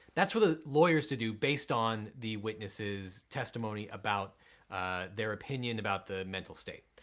that's for the lawyers to do based on the witnesses testimony about their opinion about the mental state.